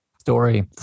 Story